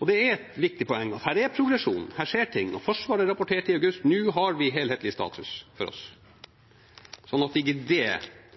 Og det er et viktig poeng at det er progresjon, det skjer ting – Forsvaret rapporterte for oss i august at nå hadde de helhetlig status – slik at ikke det